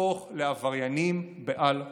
להפוך לעבריינים בעל כורחם.